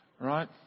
Right